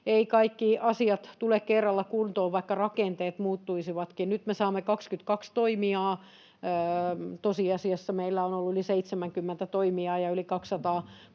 Eivät kaikki asiat tule kerralla kuntoon, vaikka rakenteet muuttuisivatkin. Nyt me saamme 22 toimijaa. Tosiasiassa meillä on ollut yli 70 toimijaa ja yli 200